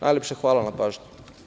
Najlepše hvala na pažnji.